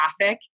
traffic